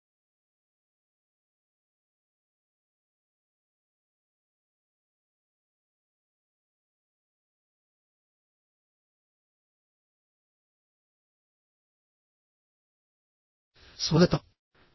hi అబ్బాయిలు